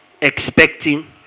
expecting